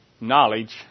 knowledge